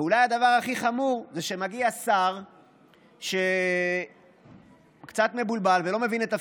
ואולי הדבר הכי חמור זה שמגיע שר שקצת מבולבל ולא מבין את תפקידו,